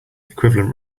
equivalent